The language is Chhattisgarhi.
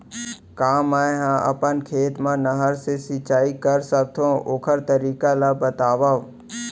का मै ह अपन खेत मा नहर से सिंचाई कर सकथो, ओखर तरीका ला बतावव?